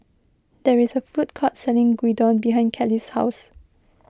there is a food court selling Gyudon behind Kelly's house